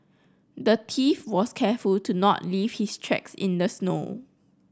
the thief was careful to not leave his tracks in the snow